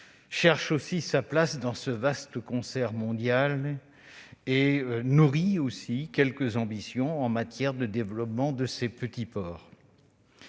cherche sa place dans le vaste concert mondial et nourrit quelques ambitions en matière de développement de ses petits ports.